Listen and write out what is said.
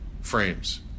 frames